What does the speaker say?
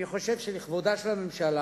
אני חושב שלכבודה של הממשלה